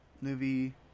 movie